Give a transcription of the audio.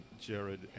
Jared